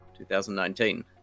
2019